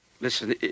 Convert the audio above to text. Listen